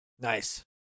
Nice